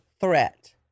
threat